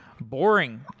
Boring